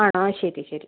ആണോ ശെരി ശെരി